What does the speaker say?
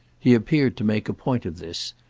he appeared to make a point of this,